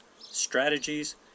strategies